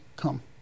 come